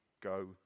go